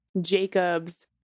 Jacob's